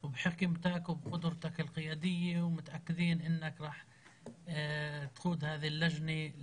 בך ובחוכמתך וביכולת שלך להוביל,